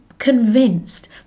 convinced